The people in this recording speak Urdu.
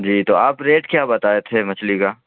جی تو آپ ریٹ کیا بتائے تھے مچھلی کا